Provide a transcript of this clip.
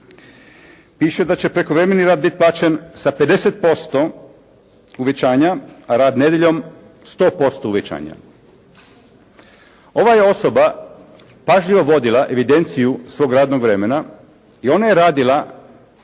Piše da će prekovremeni rad biti plaćen sa 50% uvećanja, a rad nedjeljom 100% uvećanja. Ova je osoba pažljivo vodila evidenciju svoga radnoga vremena i ona je radila